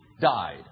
died